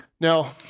Now